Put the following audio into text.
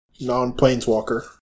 Non-Planeswalker